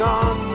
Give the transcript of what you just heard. on